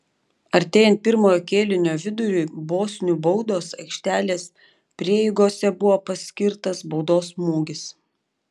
artėjant pirmojo kėlinio viduriui bosnių baudos aikštelės prieigose buvo paskirtas baudos smūgis